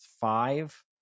five